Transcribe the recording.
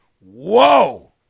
Whoa